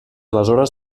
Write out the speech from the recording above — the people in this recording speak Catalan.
aleshores